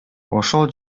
ошол